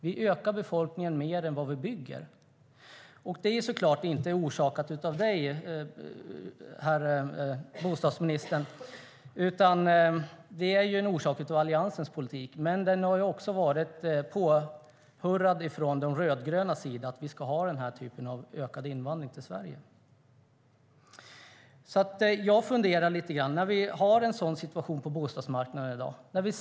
Vi ökar befolkningen mer än vad vi bygger. Det är såklart inte orsakat av herr bostadsministern. Det är en effekt av Alliansens politik. Men det har också varit påhejat från de rödgrönas sida att vi ska ha den här typen av ökad invandring till Sverige. Jag funderar lite grann. Vi har en sådan här situation på bostadsmarknaden i dag.